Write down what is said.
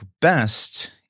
best